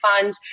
fund